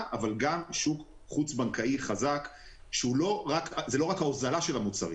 אבל גם שוק חוץ בנקאי חזק וזה לא רק הוזלת המחירים